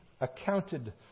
accounted